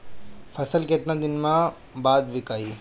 फसल केतना दिन बाद विकाई?